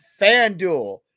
FanDuel